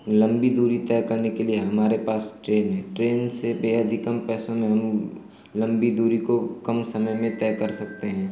लम्बी दूरी तय करने के लिए हमारे पास ट्रेन है ट्रेन से बेहद ही कम पैसों में हम लम्बी दूरी को कम समय में तय कर सकते हैं